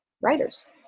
writers